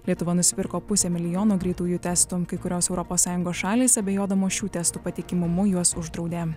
lietuva nusipirko pusę milijono greitųjų testų kai kurios europos sąjungos šalys abejodamos šių testų patikimumu juos uždraudė